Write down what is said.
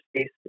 space